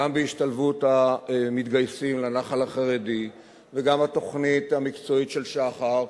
גם בהשתלבות המתגייסים לנח"ל החרדי וגם התוכנית המקצועית של שח"ר,